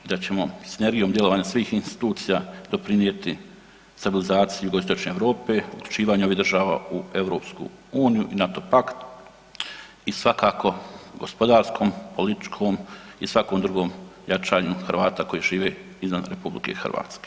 Da ćemo sinergijom djelovanja svih institucija doprinijeti stabilizaciji Jugoistočne Europe, uključivanja ovih država u EU i NATO pakt i svakako gospodarskom, političkom i svakom drugom jačanju Hrvata koji žive izvan RH.